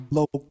Low